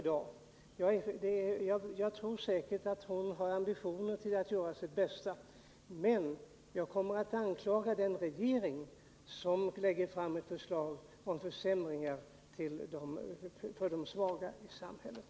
Hon har säkert ambitioner att göra sitt bästa. Men jag kommer att anklaga den regering, som lägger fram ett förslag om försämringar för de svaga i samhället.